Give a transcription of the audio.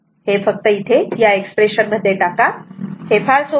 हे फक्त इथे या एक्सप्रेशन मध्ये टाका हे फार सोपे आहे